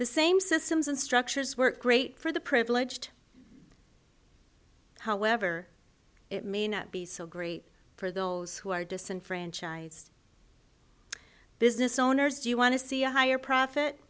the same systems and structures work great for the privileged however it may not be so great for those who are disenfranchised business owners you want to see a higher profit